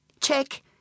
Check